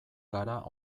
gara